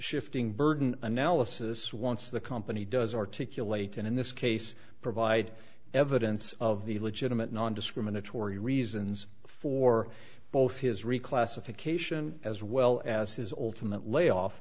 shifting burden analysis once the company does articulate and in this case provide evidence of the legitimate nondiscriminatory reasons for both his reclassification as well as his ultimate layoff